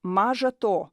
maža to